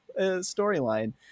storyline